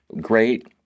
Great